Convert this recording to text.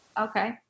Okay